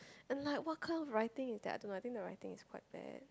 and like what kind of writing is that I don't know I think the writing is quite bad